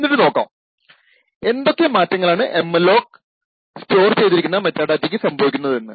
എന്നിട്ടു നോക്കാം എന്തൊക്കെ മാറ്റങ്ങളാണ് എംഅലോക് സ്റ്റോർ ചെയ്തിരിക്കുന്ന മെറ്റാഡാറ്റക്ക് സംഭവിക്കുന്നതെന്ന്